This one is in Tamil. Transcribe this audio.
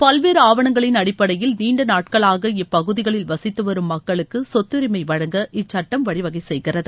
பல்வேறு ஆவணங்களின் அடிப்படையில் நீண்ட நாட்களாக இப்பகுதிகளில் வசித்துவரும் மக்களுக்கு சொத்துரிமை வழங்க இச்சட்டம் வழிவகை செய்கிறது